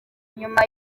nyuma